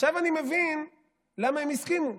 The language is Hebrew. אני מבין למה הם הסכימו.